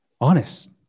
Honest